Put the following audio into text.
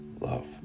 love